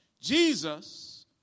Jesus